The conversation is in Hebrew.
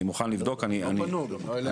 אני מוכן לבדוק -- לא פנו גם אלינו.